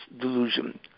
delusion